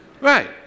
Right